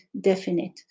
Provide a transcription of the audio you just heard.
definite